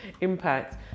impact